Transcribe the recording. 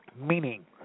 Meaning